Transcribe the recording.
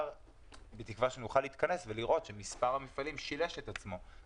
בתקווה שנוכל להתכנס ולראות שמספר המפעלים שילש את עצמו.